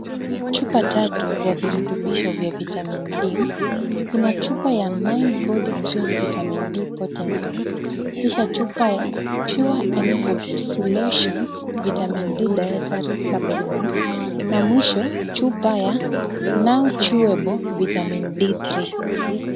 Chupa tatu za virutubisho vya vitamin D. Kuna chupa ya mindbodygreen vitam D potency , kisha chupa ya pure encapsulation Vitamin D dietary suppliments na mwisho chupa ya now chewable vitamin D3 .